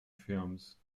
films